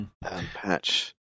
patch